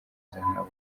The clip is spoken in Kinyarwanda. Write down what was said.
nk’abo